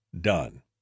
done